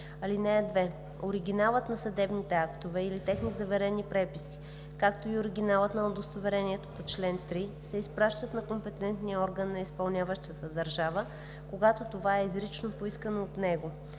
(2) Оригиналът на съдебните актове или техни заверени преписи, както и оригиналът на удостоверението по чл. 3 се изпращат на компетентния орган на изпълняващата държава, когато това е изрично поискано от него.